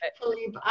Philippe